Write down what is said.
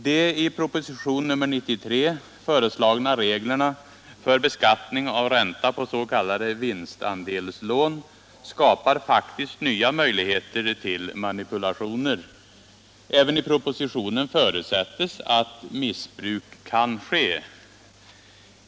De i propositionen nr 93 föreslagna reglerna för beskattning av ränta på s.k. vinstandelslån skapar faktiskt nya möjligheter till manipulationer. Även i propositionen förutsätts att ”missbruk” kan ske.